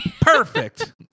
Perfect